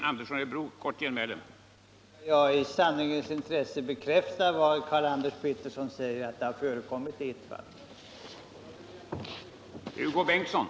Herr talman! Jag skall i sanningens intresse bekräfta vad Karl-Anders Petersson sade, nämligen att sådant stöd har givits i ett fall.